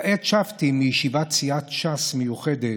כעת שבתי מישיבת סיעת ש"ס מיוחדת,